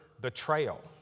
betrayal